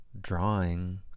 drawing